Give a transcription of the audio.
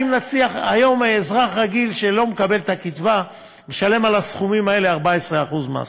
היום אזרח רגיל שלא מקבל את הקצבה משלם על הסכומים האלה 14% מס.